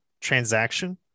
transaction